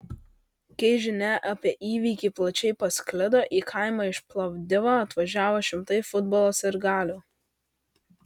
kai žinia apie įvykį plačiai pasklido į kaimą iš plovdivo atvažiavo šimtai futbolo sirgalių